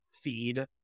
feed